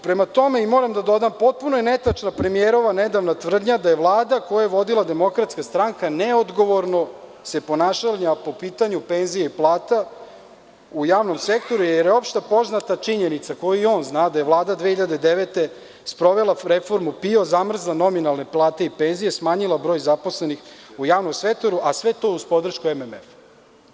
Prema tome, moram da dodam, potpuno je netačna premijerova nedavna tvrdnja da se Vlada koju je vodila Demokratska stranka neodgovorno ponašala po pitanju penzija i plata u javnom sektoru, jer je opštepoznata činjenica, koju i on zna, da je Vlada 2009. godine sprovela reformu PIO, zamrzla nominalne plate i penzije, smanjila broj zaposlenih u javnom sektoru, a sve to uz podršku MMF-a.